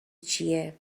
چیه